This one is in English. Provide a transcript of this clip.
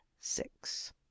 six